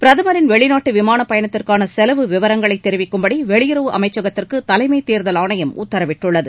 பிரதமரின் வெளிநாட்டு விமானப் பயணத்திற்கான செலவு விவரங்களை தெரிவிக்கும்படி வெளியுறவு அமைச்சகத்திற்கு தலைமை தேர்தல் ஆணையம் உத்தரவிட்டுள்ளது